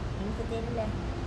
என்னக்கு தெரில:ennaku terila